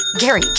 Gary